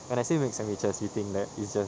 but I still make sandwiches if you think that it's just